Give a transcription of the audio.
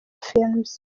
films